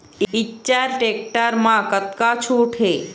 Eicher tractor म कतका छूट हे?